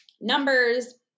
numbers